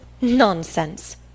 Nonsense